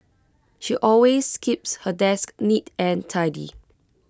she always keeps her desk neat and tidy